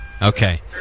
Okay